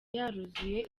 yaruzuye